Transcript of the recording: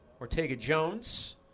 Ortega-Jones